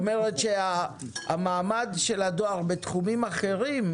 זאת אומרת שהמעמד של הדואר בתחומים אחרים,